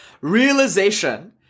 Realization